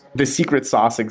the secret sauce, and